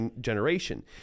generation